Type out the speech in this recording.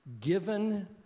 given